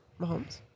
Mahomes